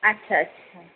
আচ্ছা আচ্ছা